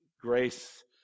grace